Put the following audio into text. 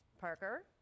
Parker